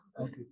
Okay